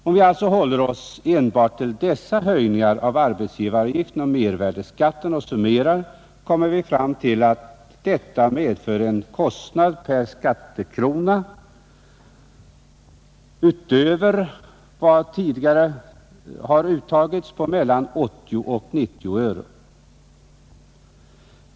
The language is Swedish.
Om vi summerar enbart dessa höjningar av arbetsgivaravgiften och mervärdeskatten, kommer vi fram till att de medför en kostnad per skattekrona, utöver vad som tidigare har uttagits, på mellan 80 och 90 öre.